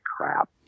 crap